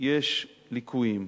יש ליקויים.